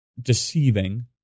deceiving